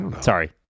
sorry